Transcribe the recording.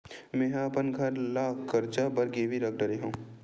मेहा अपन घर ला कर्जा बर गिरवी रख डरे हव